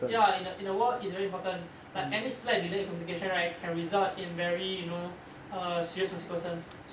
ya in in a war it's very important like any slight delay in communication right can result in very you know err serious consequences